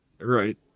Right